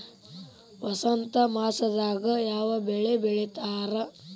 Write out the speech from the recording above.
ವಸಂತ ಮಾಸದಾಗ್ ಯಾವ ಬೆಳಿ ಬೆಳಿತಾರ?